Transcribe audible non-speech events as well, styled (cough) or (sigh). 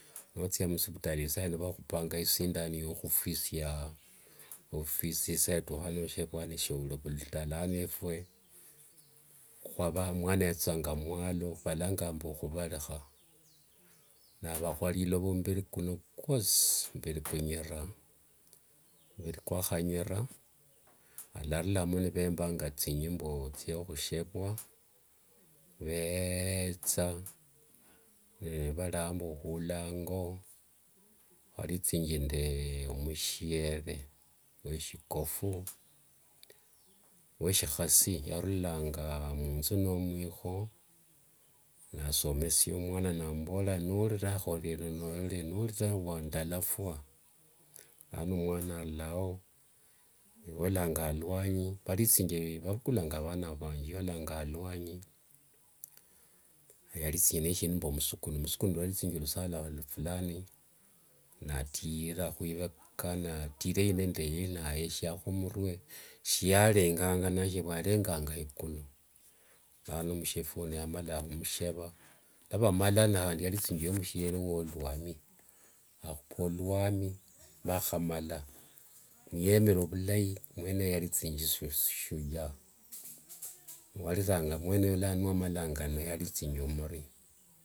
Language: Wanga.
Nothia musivitali isaino vakhupanga isindani yo khufwisia ovufwisi shotukha shotukha noshevua shourira ovululu taa lano efwe (unintelligible) mwana yathithanga mumwalo valanganga mbu khuvarikha, navakhwa rilova muviri kuno kwosi muviri kunyira kwakhanyira valarulamo nivembanga thinyimbo thiokhushevua veeetha nevariambi khula ingokhwarithingi nde mushiere weshikofu weshikhasi yarulanga munzu nde mwikho nasomesia mwana namuvorera norirakho rero norore nori saa wane ndalafua lano mwana arulao volanga aluanyi varithingi vavukulanga avana avangi volanga aluanyi varithingi nde sindu mbu musukuni rwarithingi musala fulani natiria khuveka natira eyi nende eyi nayeshia khumurwe shiarenganga (unintelligible) yarenganga ekulu nano mushevi uno niyamalanga khumsheva navamala ni khandi yarithingi yomushere uoluamiakhupa oluami vhakhamala niemere ovulation niemere ovulai mwene oyo yarithingi shuja niyariranga nano omwene oyo yarithingi shujaa.